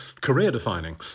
career-defining